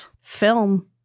film